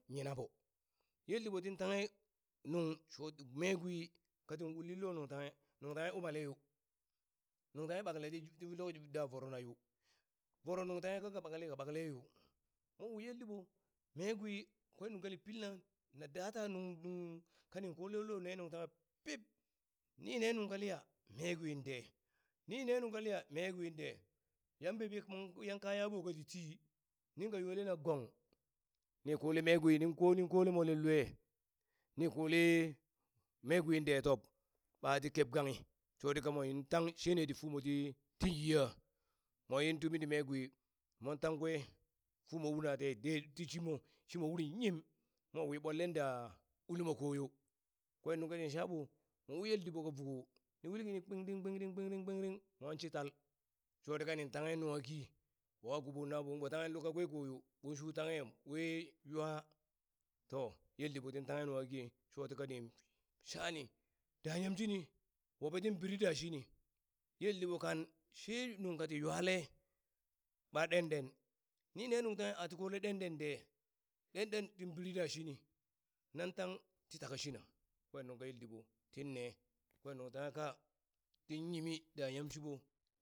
Nung tanghe, ka tanghe yinaɓo yel diɓo tin tanghe nuŋ shoti mee gwi katin ulin lo nuŋ tanghe, nuntanghe umaleyo nuŋ tanghe ɓakale ti ti lokaci da vorona yo, voro nuŋ tanghe kaka ɓakale ka ɓakale yo mon wi yel diɓo mee gwi kwen nunka ni pilna na da data nuŋ nuŋ kaning kolen lo nungtanghe pib nine nungya kaliya mee gwinde nine nung kaliya mee gwin dee yan bebi ugn yan ka yaɓo kati ti ninka yole na gong ni kole mee gwi nin ko nin kole molin lue ni kole mee gwin de tob ɓa ti keb ganghi shoti ka mon tang shene ti fumo ti yiha mowi tumiti me gwi mon takwe fumo una ten ti shimo shimo uri yim! mowi ɓwanlen da ulimo koyo kwen nungka tinshaɓo mon wi yel diɓo ka vuko ni uli kini kpingting kpingting kpingting kpingting mwan shi tal shoti ka nin tanghe nwaki wa kiɓon naɓo kung ɓo tanghe luk kakwe koyo ɓon shu tanghe ɓwe yuua to yel diɓo tin tanghe nunghaki shotikani shani da yamshini woɓe tin biri dashini yel diɓo kan she nungka ti ywale ɓa ɓenɓen nine nuŋ tanghe ati kole ɗenɗen de ɗenɗen tin biri da shini nan tang shi taka shina kwen nuŋ ka yel diɓo tinne kwen nuŋ tanghe ka tin yimi da yamshiɓo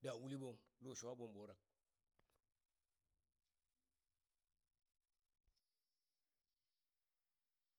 da uli ɓon lo shwa ɓon ɓurak.